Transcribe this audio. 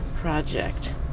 project